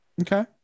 okay